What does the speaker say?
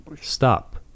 stop